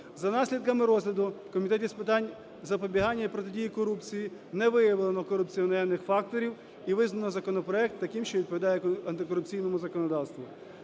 За наслідками розгляду в Комітеті з питань запобігання і протидії корупції не виявлено корупціогенних факторів і визнано законопроект таким, що відповідає антикорупційному законодавству.